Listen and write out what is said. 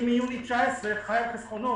אני מיוני 19' חי על חסכונות.